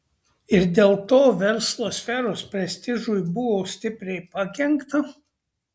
ir dėl to verslo sferos prestižui buvo stipriai pakenkta